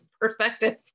perspective